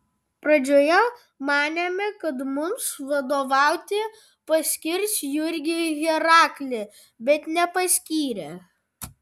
pradžioje manėme kad mums vadovauti paskirs jurgį heraklį bet nepaskyrė